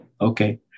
Okay